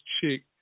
chick